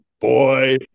boy